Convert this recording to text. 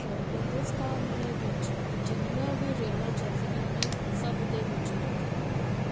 ਹਿੰਦੂਸਤਾਨ ਦੇ ਵਿੱਚ ਜਿੰਨੀਆਂ ਵੀ ਰੇਲਾਂ ਚੱਲਦੀਆਂ ਨੇ ਸਭ ਦੇ ਵਿੱਚ ਲੱਗੇ ਹੋਏ ਹਨ